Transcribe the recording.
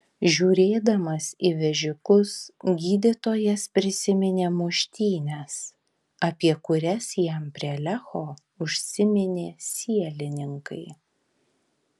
žiūrėdamas į vežikus gydytojas prisiminė muštynes apie kurias jam prie lecho užsiminė sielininkai